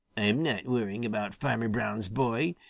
i'm not worrying about farmer brown's boy.